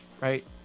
right